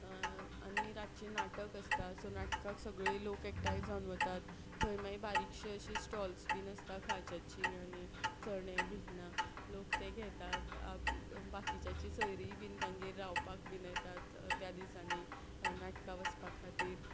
आनी रातचें नाटक आसता सो नाटकाक सगळे लोक एकठांय जावन वतात थंय मागीर बारीकशीं अशीं स्टॉल्स बीन आसता खाज्याचीं आनी चणे भिकणां लोक ते घेतात आपले बाकिच्याचीं सोयरींय बीन तांगेर रावपाक बीन येतात त्या दिसांनी नाटकां वचपाक खातीर